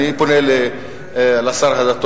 אדוני היושב-ראש,